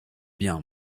bien